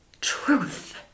truth